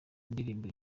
ndirimbo